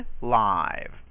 live